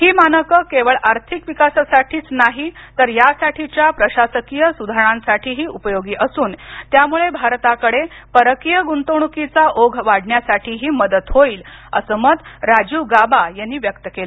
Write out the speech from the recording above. ही मानके केवळ आर्थिक विकासासाठीच नाही तर यासाठीच्या प्रशासकीय सुधारणांसाठीही उपयोगी असून त्यामुळे भारताकडे परकीय ग्रंतवणूकीचा ओघ वाढण्यासाठीही मदत होईल अस मत राजीव गाबा यांनी व्यक्त केलं